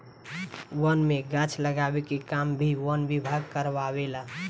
वन में गाछ लगावे के काम भी वन विभाग कारवावे ला